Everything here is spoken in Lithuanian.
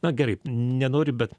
na gerai nenori bet